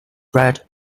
bread